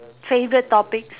favourite topics